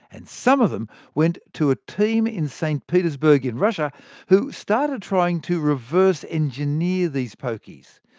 and some of them went to a team in st petersburg in russia who started trying to reverse engineer these pokies,